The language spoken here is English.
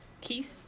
Keith